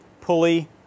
pulley